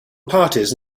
parties